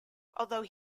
although